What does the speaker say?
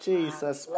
Jesus